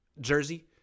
jersey